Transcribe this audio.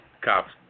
cops